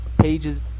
pages